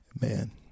man